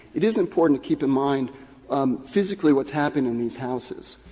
it is important to keep in mind um physically what's happening in these houses.